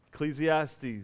ecclesiastes